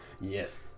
Yes